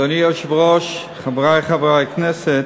אדוני היושב-ראש, חברי חברי הכנסת,